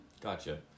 Gotcha